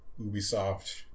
Ubisoft